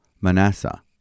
Manasseh